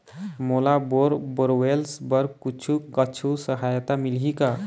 मोला bore borewells बर कुछू कछु सहायता मिलही का?